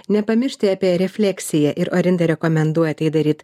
nepamiršti apie refleksiją ir orinda rekomenduoja tai daryt